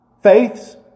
faiths